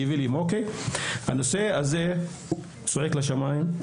הנושא הזה צועק לשמים.